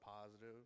positive